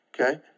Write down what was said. okay